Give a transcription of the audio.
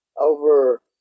over